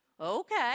Okay